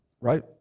Right